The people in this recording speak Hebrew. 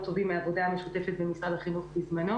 טובים מהעבודה המשותפת במשרד החינוך בזמנו